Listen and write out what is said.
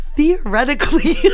Theoretically